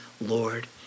Lord